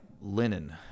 linen